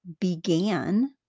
began